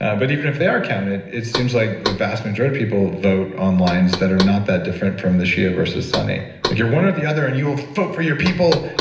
and but even if they are counted, it seems like the vast majority of people vote on lines that are not that different from the shia versus sunni. like you're one or the other and you will vote for your people.